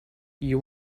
you